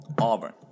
Auburn